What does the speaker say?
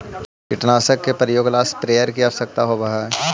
कीटनाशकों के प्रयोग ला स्प्रेयर की आवश्यकता होव हई